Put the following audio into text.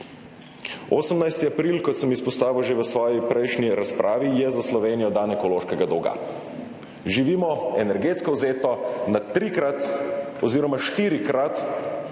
18. april, kot sem izpostavil že v svoji prejšnji razpravi, je za Slovenijo dan ekološkega dolga. Živimo, energetsko vzeto, na trikrat oziroma štirikrat